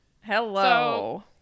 Hello